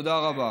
תודה רבה.